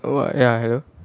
oh ya hello